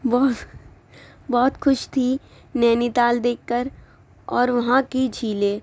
بہت بہت خوش تھی نینی تال دیکھ کر اور وہاں کی جھیلیں